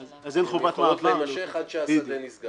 אז הן יכולות להימשך עד שהשדה נסגר,